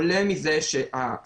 עולה מזה שהסירוס